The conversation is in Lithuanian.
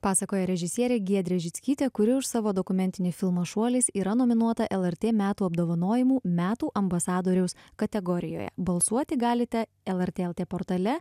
pasakoja režisierė giedrė žickytė kuri už savo dokumentinį filmą šuolis yra nominuota lrt metų apdovanojimų metų ambasadoriaus kategorijoje balsuoti galite lrt lt portale